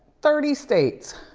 thirty states.